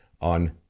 on